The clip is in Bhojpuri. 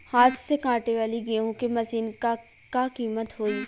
हाथ से कांटेवाली गेहूँ के मशीन क का कीमत होई?